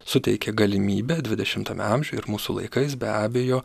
suteikia galimybę dvidešimtame amžiuje ir mūsų laikais be abejo